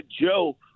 Joe